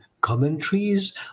commentaries